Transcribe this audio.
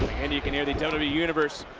and you can hear the tone of the universe,